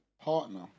partner